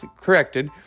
corrected